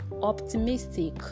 optimistic